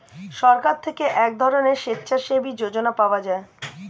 সরকার থেকে এক ধরনের স্বেচ্ছাসেবী যোজনা পাওয়া যায়